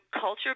culture